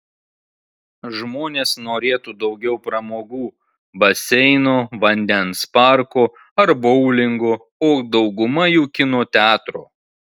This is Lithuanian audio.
žmonės norėtų daugiau pramogų baseino vandens parko ar boulingo o dauguma jų kino teatro